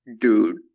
dude